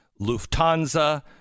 Lufthansa